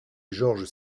georges